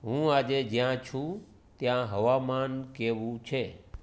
હું આજે જ્યાં છું ત્યાં હવામાન કેવું છે